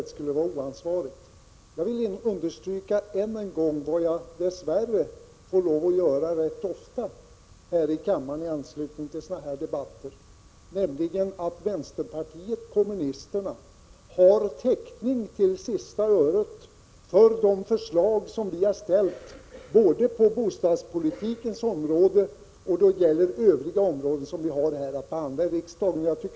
Jag vill än en gång understryka, vilket jag dess värre ofta får göra här i kammaren i anslutning till sådana här debatter, att vpk har täckning till sista öret för de förslag som vi lagt fram både på bostadspolitikens område och då det gäller övriga områden som vi har att behandla här i riksdagen.